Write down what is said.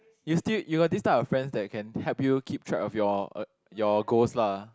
you still you got this type of friends that can help you keep track of your eh your goals lah